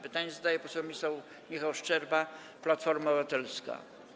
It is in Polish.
Pytanie zadaje poseł Michał Szczerba, Platforma Obywatelska.